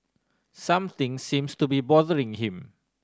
something seems to be bothering him